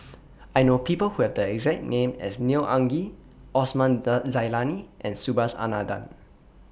I know People Who Have The exact name as Neo Anngee Osman Zailani and Subhas Anandan